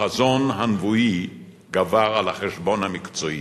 החזון הנבואי גבר על החשבון המקצועי.